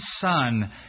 son